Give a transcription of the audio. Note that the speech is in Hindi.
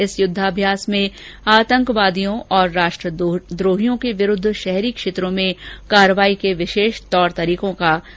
इस युद्धाभ्यास में आतंकवादियों और राष्ट्रद्रोहियों के विरूद्व शहरी क्षेत्रों में कार्यवाही के विशेष तौर तरीकों का अभ्यास किया गया